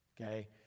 okay